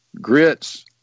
grits